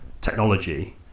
technology